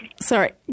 Sorry